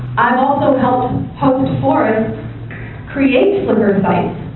i've also helped host forests create flickr sites,